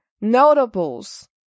Notables